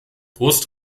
brust